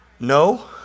No